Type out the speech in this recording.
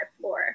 floor